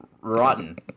rotten